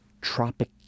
tropic